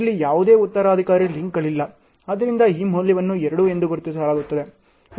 ಇಲ್ಲಿ ಯಾವುದೇ ಉತ್ತರಾಧಿಕಾರಿ ಲಿಂಕ್ಗಳಿಲ್ಲ ಆದ್ದರಿಂದ ಈ ಮೌಲ್ಯವನ್ನು 2 ಎಂದು ಗುರುತಿಸಲಾಗುತ್ತದೆ